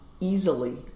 easily